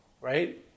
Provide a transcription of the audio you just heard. right